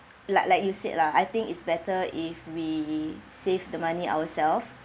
like like you said lah I think it's better if we save the money ourself